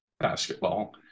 basketball